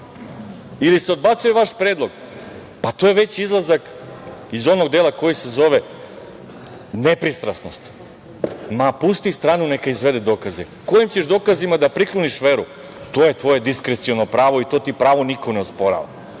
ili – odbacuje se vaš predlog, pa to je već izlazak iz onog dela koji se zove nepristrasnost. Ma, pusti stranu neka izvede dokaze. Kojim ćeš dokazima da prikloniš veru, to je tvoje diskreciono pravo i to ti pravo niko ne osporava,